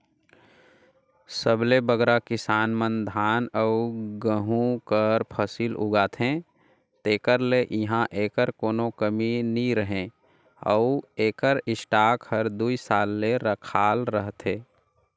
सबले बगरा किसान मन धान अउ गहूँ कर फसिल उगाथें तेकर ले इहां एकर कोनो कमी नी रहें अउ एकर स्टॉक हर दुई साल ले रखाल रहथे